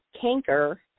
canker